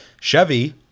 chevy